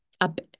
up